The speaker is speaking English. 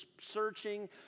searching